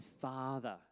Father